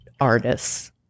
artists